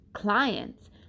clients